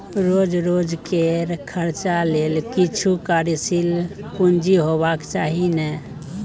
रोज रोजकेर खर्चा लेल किछु कार्यशील पूंजी हेबाक चाही ने